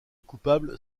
coupable